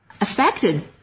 affected